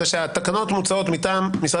זה שהתקנות מוצעות מטעם משרד